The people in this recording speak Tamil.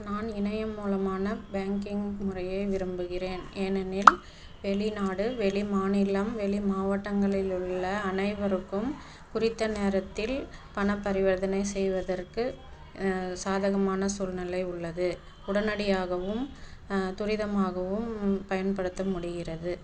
நான் இணையம் மூலமான பேங்கிங் முறையை விரும்புகிறேன் ஏனெனில் வெளிநாடு வெளி மாநிலம் வெளி மாவட்டங்களில் உள்ள அனைவருக்கும் குறித்த நேரத்தில் பண பரிவர்த்தனை செய்வதற்கு சாதகமான சூழ்நிலை உள்ளது உடனடியாகவும் துரிதமாகவும் பயன்படுத்த முடிகிறது